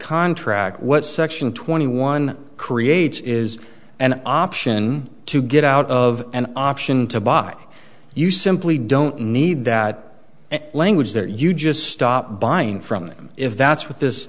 contract what section twenty one creates is an option to get out of an option to buy you simply don't need that language there you just stop buying from them if that's what this